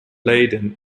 leiden